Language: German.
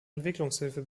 entwicklungshilfe